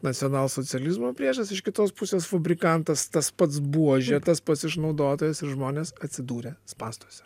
nacionalsocializmo priešas iš kitos pusės fabrikantas tas pats buožė tas pats išnaudotojas ir žmonės atsidūrę spąstuose